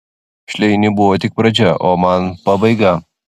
šleiniui buvo tik pradžia o man pabaiga